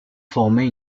former